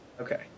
Okay